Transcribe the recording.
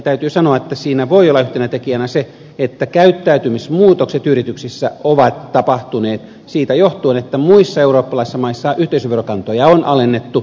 täytyy sanoa että siinä voi olla yhtenä tekijänä se että käyttäytymismuutokset yrityksissä ovat tapahtuneet siitä johtuen että muissa eurooppalaisissa maissa yhteisöverokantoja on alennettu